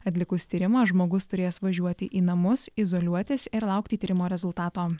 atlikus tyrimą žmogus turės važiuoti į namus izoliuotis ir laukti tyrimo rezultato